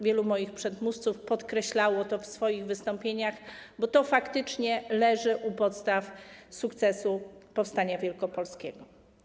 Wielu moich przedmówców podkreślało to w swoich wystąpieniach, bo to faktycznie leży u podstaw sukcesu powstania wielkopolskiego.